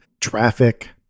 traffic